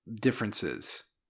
differences